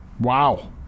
Wow